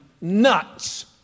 nuts